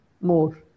more